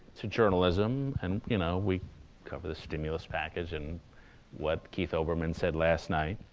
to journalism and, you know, we cover the stimulus package and what keith olbermann said last night.